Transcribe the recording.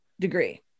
degree